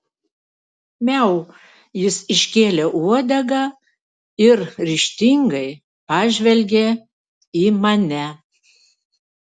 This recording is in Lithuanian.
miau jis iškėlė uodegą ir ryžtingai pažvelgė į mane